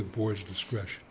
the porch discretion